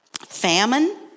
famine